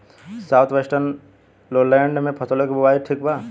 South western lowland में फसलों की बुवाई ठीक बा?